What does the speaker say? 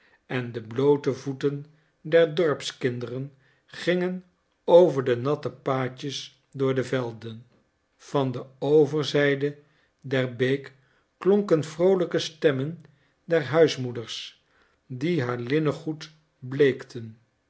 en de bloote voeten der dorpskinderen gingen over de natte paadjes door de velden van de overzijde der beek klonken vroolijke stemmen der huismoeders die haar linnengoed bleekten